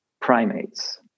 primates